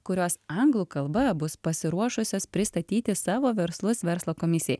kurios anglų kalba bus pasiruošusios pristatyti savo verslus verslo komisijai